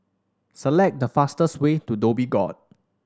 select the fastest way to Dhoby Ghaut